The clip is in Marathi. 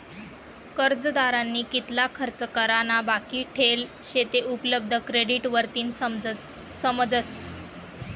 कर्जदारनी कितला खर्च करा ना बाकी ठेल शे ते उपलब्ध क्रेडिट वरतीन समजस